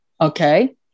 Okay